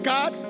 God